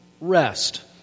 rest